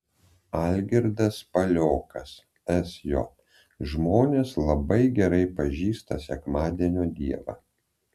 algirdas paliokas sj žmonės labai gerai pažįsta sekmadienio dievą